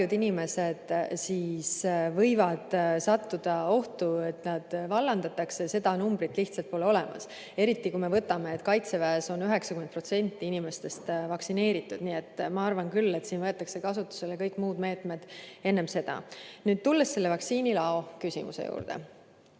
inimesed võivad sattuda ohtu, et nad vallandatakse, lihtsalt pole olemas. Eriti kui me vaatame, et Kaitseväes on 90% inimestest vaktsineeritud. Nii et ma arvan küll, et siin võetakse enne seda kasutusele kõik muud meetmed. Nüüd tulen selle vaktsiinilao juurde.